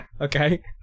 Okay